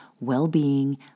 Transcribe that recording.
well-being